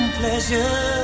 pleasure